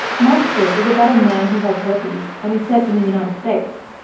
monsters is about a man who has herpes and is set in the united states.